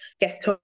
Get